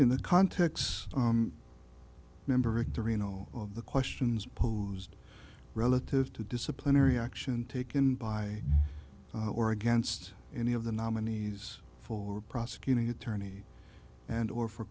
in the context member of the reno of the questions posed relative to disciplinary action taken by or against any of the nominees for prosecuting attorney and or for